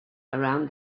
around